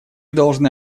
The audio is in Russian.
должны